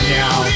now